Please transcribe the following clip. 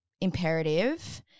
imperative